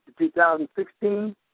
2016